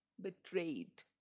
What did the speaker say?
Betrayed